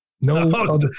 No